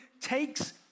takes